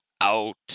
out